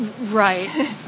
right